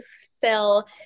sell